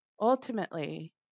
Ultimately